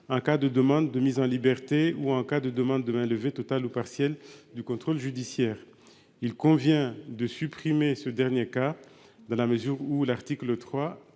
en cas de demande de mise en liberté ou de mainlevée totale ou partielle du contrôle judiciaire. Il convient de supprimer ce dernier cas, dans la mesure où l'article 3